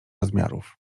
rozmiarów